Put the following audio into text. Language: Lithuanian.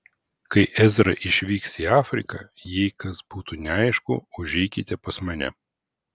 kai ezra išvyks į afriką jei kas būtų neaišku užeikite pas mane